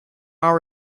are